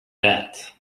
that